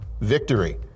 victory